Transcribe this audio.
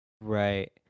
right